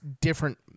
different